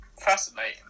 fascinating